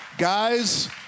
Guys